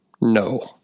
No